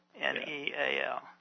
N-E-A-L